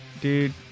Dude